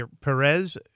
Perez